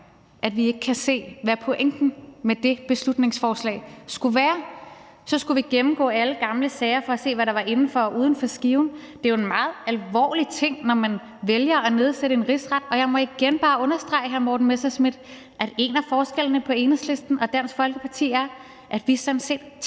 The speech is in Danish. at vi ikke kunne se, hvad pointen med det beslutningsforslag skulle være. Vi skulle gennemgå alle gamle sager for at se, hvad der var inden for og uden for skiven. Det er jo en meget alvorlig ting, når man vælger at nedsætte en rigsret, og jeg må igen bare understrege, hr. Morten Messerschmidt, at en af forskellene på Enhedslisten og Dansk Folkeparti er, at vi sådan